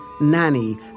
nanny